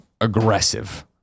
aggressive